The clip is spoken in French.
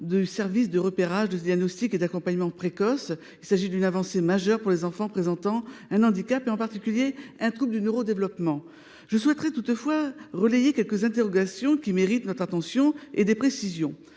du service de repérage, de diagnostic et d’accompagnement précoce. Il s’agit d’une avancée majeure pour les enfants présentant un handicap et, en particulier, un trouble du neuro développement (TND). Je souhaiterais toutefois relayer quelques interrogations qui méritent qu’on leur prête attention et que des précisions